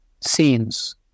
scenes